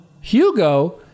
Hugo